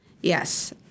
Yes